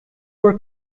were